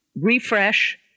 refresh